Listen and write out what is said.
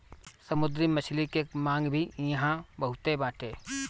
समुंदरी मछली के मांग भी इहां बहुते बाटे